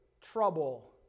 trouble